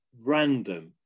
random